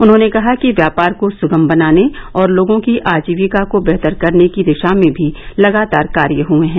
उन्होंने कहा कि व्यापार को सुगम बनाने और लोगों की आजीविका को बेहतर करने की दिशा में भी लगातार कार्य हुए हैं